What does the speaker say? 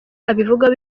abivugaho